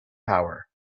power